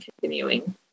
continuing